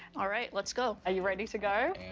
alright, let's go. are you ready to go?